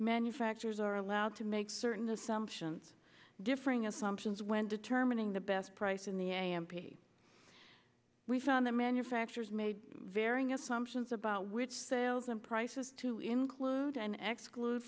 manufacture there's are allowed to make certain assumptions differing assumptions when determining the best price in the a m p we found that manufacturers made varying assumptions about which sales and prices to include an ex clue